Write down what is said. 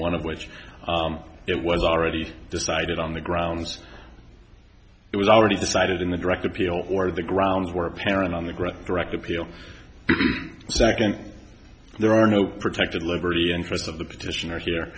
one of which it was already decided on the grounds it was already decided in a direct appeal or the grounds were apparent on the ground direct appeal second there are no protected liberty interest of the petitioner here